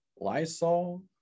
Lysol